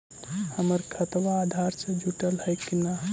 हमर खतबा अधार से जुटल हई कि न?